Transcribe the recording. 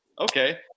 okay